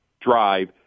drive